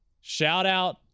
Shout-out